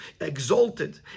exalted